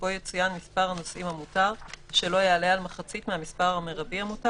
ובו יצוין מספר הנוסעים המותר שלא יעלה על מחצית מהמספר המרבי המותר